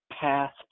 path